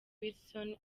wilson